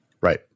Right